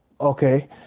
okay